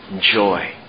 joy